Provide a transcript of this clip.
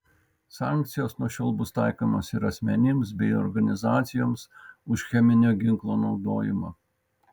sankcijos nuo šiol bus taikomos ir asmenims bei organizacijoms už cheminio ginklo naudojimą